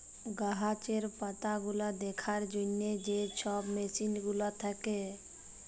গাহাচের পাতাগুলা দ্যাখার জ্যনহে যে ছব মেসিল গুলা থ্যাকে